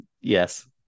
Yes